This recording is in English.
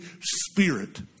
Spirit